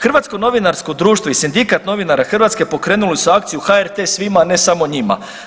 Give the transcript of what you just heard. Hrvatsko novinarsko društvo i Sindikat novinara Hrvatske pokrenuli su akciju HRT svima, ne samo njima.